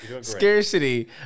Scarcity